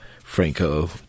Franco